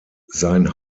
sein